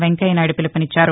వెంకయ్యనాయుడు పిలుపునిచ్చారు